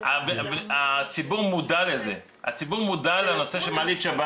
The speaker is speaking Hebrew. הציבור מודע לנושא של מעלית שבת,